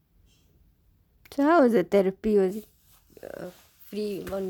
so how is the therapy was it free [one]